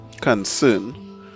concern